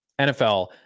NFL